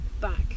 back